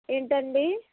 ఏంటండీ